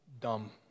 dumb